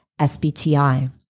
SBTI